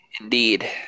indeed